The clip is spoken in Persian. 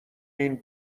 این